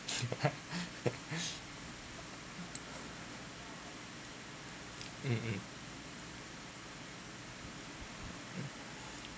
mm mm